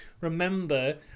remember